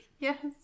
Yes